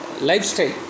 lifestyle